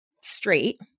straight